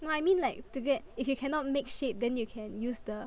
no I mean like to get if you cannot make shape then you can use the